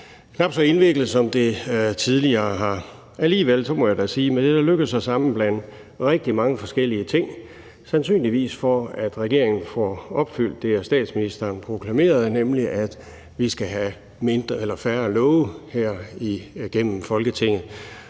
knap så indviklet som det tidligere. Alligevel må jeg da sige, at man er lykkedes med at sammenblande rigtig mange forskellige ting, sandsynligvis for at regeringen får opfyldt det af statsministeren proklamerede, nemlig at vi skal have færre love igennem Folketinget